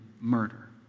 murder